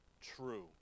true